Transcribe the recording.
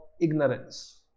ignorance